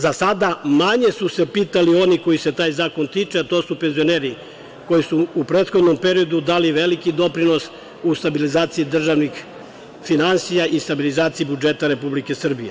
Za sada manje su se pitali oni kojih se taj zakon tiče, a to su penzioneri koji su u prethodnom periodu dali veliki doprinos u stabilizaciji državnih finansija i stabilizaciji budžeta Republike Srbije.